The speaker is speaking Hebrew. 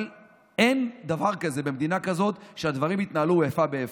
אבל אין דבר כזה במדינה הזאת שהדברים יתנהלו באיפה ואיפה.